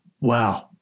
Wow